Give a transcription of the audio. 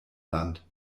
land